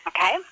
Okay